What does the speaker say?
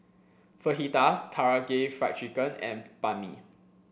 Fajitas Karaage Fried Chicken and Banh Mi